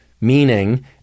meaning